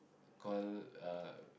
call uh